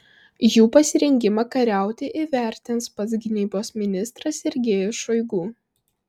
jų pasirengimą kariauti įvertins pats gynybos ministras sergejus šoigu